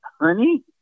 honey